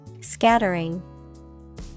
Scattering